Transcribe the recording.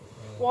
mmhmm